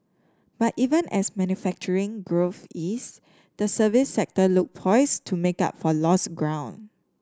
but even as manufacturing growth ease the services sector looks poised to make up for lost ground